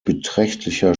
beträchtlicher